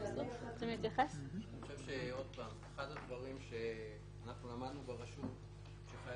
אחד הדברים שאנחנו למדנו ברשות זה שכאשר